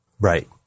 Right